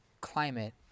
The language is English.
climate